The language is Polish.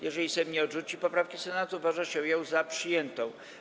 Jeżeli Sejm nie odrzuci poprawki Senatu, uważa się ją za przyjętą.